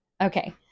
Okay